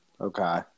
Okay